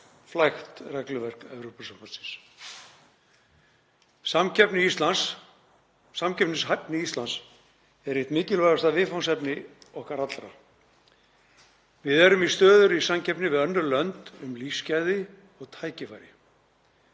flækt regluverk Evrópusambandsins. Samkeppnishæfni Íslands er eitt mikilvægasta viðfangsefni okkar allra. Við erum í stöðugri samkeppni við önnur lönd um lífsgæði og tækifæri